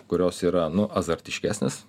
kurios yra nu azartiškesnės